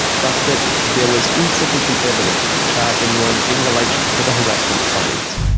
but that, there was insufficient evidence to charge anyone in relation to the harassment claims.